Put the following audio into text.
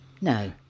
no